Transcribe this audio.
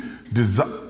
desire